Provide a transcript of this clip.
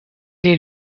est